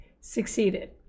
succeeded